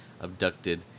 abducted